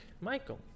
Michael